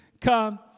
come